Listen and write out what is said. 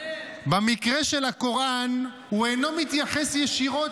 במקרה של הקוראן הוא אינו מתייחס ישירות